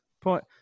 point